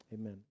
Amen